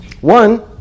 One